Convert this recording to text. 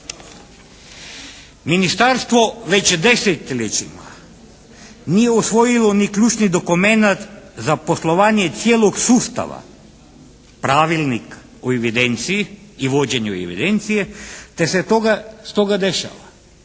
Ministarstvo već desetljećima nije usvojilo ni ključni dokumenat za poslovanje cijelog sustava, pravilnik o evidenciji i vođenju evidencije te se toga, stoga dešava